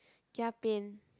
kia pain